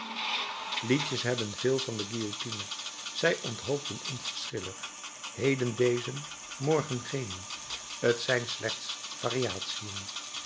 liedjes hebben veel van de guillotine zij onthoofden onverschillig heden dezen morgen genen t zijn slechts variatiën